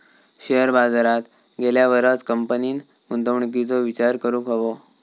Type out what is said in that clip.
share बाजारात गेल्यावरच कंपनीन गुंतवणुकीचो विचार करूक हवो